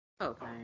Okay